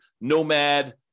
nomad